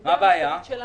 מה הבעיה?